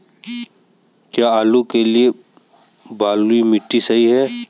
क्या आलू के लिए बलुई मिट्टी सही है?